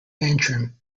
antrim